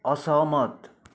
असहमत